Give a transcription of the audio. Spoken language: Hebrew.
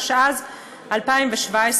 התשע"ז 2017,